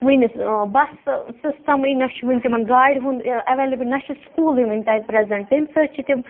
وٕنِتھ بَسہٕ سِسٹَمٕے نہ چھُ وٕنہِ تِمَن گاڑِ ہُنٛد ایویلیبٕل نہ چھِ سکوٗلٕے وٕنہِ تَتہِ پریٚزَنٛٹ تمہِ سۭتۍ چھِ تِم